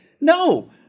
no